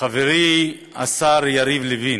חברי השר יריב לוין,